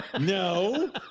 no